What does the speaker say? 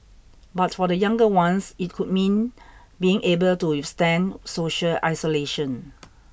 but for the younger ones it could mean being able to withstand social isolation